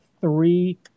three